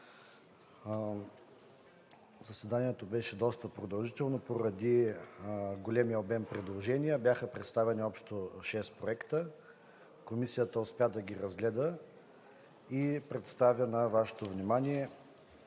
Заседанието беше доста продължително поради големия обем предложения. Бяха представени общо шест проекта. Комисията успя да ги разгледа и представя на Вашето внимание